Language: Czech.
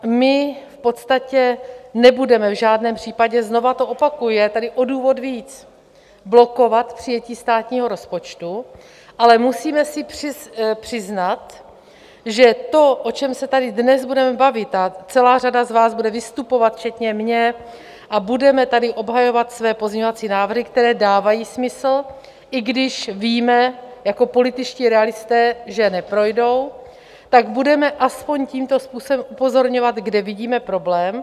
My nebudeme v žádném případě, znovu to opakuji, a je tady o důvod víc, blokovat přijetí státního rozpočtu, ale musíme si přiznat, že to, o čem se tady dnes budeme bavit, a celá řada z vás bude vystupovat včetně mě, a budeme tady obhajovat své pozměňovací návrhy, které dávají smysl, i když víme jako političtí realisté, že neprojdou, tak budeme aspoň tímto způsobem upozorňovat, kde vidíme problém.